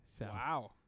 Wow